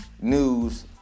news